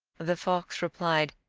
the fox replied,